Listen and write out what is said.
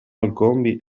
olcombi